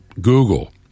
Google